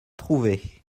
trouvés